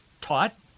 taught